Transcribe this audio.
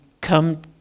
come